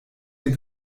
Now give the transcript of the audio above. der